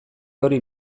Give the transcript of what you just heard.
hori